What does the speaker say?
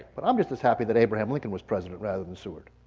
but i'm just as happy that abraham lincoln was president rather than seward.